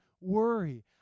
worry